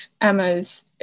Emma's